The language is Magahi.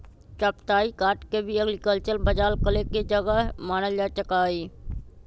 साप्ताहिक हाट के भी एग्रीकल्चरल बजार करे के जगह मानल जा सका हई